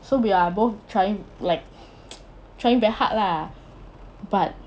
so we are both trying like trying very hard lah but